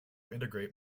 integrate